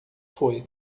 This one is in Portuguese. foi